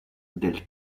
del